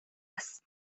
است